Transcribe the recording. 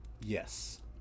Yes